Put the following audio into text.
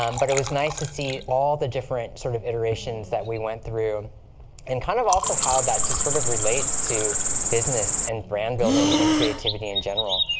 um but it was nice to see all the different sort of iterations that we went through and kind of also how that just sort of relates to business and brand building and creativity in general.